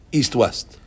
east-west